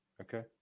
Okay